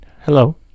Hello